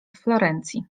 florencji